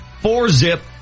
Four-zip